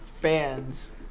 fans